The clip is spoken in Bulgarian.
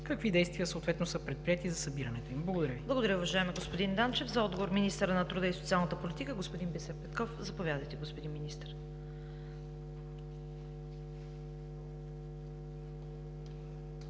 Какви действия са предприети за събирането им? Благодаря Ви.